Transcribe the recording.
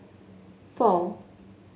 four